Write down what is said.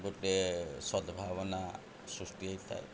ଗୋଟେ ସଦ୍ଭାବନା ସୃଷ୍ଟି ହେଇଥାଏ